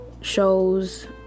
shows